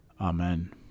Amen